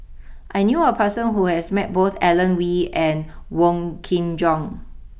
I knew a person who has met both Alan Oei and Wong Kin Jong